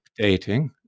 updating